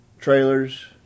trailers